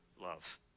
love